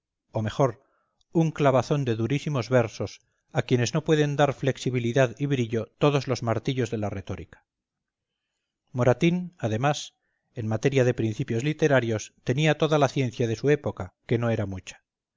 o mejor un clavazón de durísimos versos a quienes no pueden dar flexibilidad y brillo todos los martillos de la retórica moratín además en materia de principios literarios tenía toda la ciencia de su época que no era mucha